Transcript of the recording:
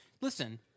Listen